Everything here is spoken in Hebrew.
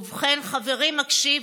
ובכן, חברים, הקשיבו: